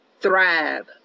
thrive